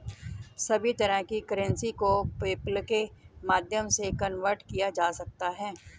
सभी तरह की करेंसी को पेपल्के माध्यम से कन्वर्ट किया जा सकता है